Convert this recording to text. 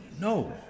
No